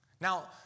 Now